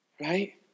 right